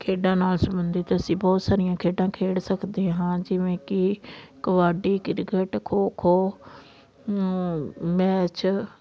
ਖੇਡਾਂ ਨਾਲ ਸੰਬੰਧਿਤ ਅਸੀਂ ਬਹੁਤ ਸਾਰੀਆਂ ਖੇਡਾਂ ਖੇਡ ਸਕਦੇ ਹਾਂ ਜਿਵੇਂ ਕਿ ਕਬੱਡੀ ਕ੍ਰਿਕਟ ਖੋ ਖੋ ਮੈਚ